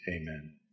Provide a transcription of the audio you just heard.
Amen